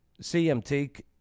CMT